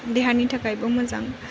देहानि थाखायबो मोजां